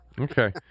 Okay